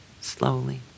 slowly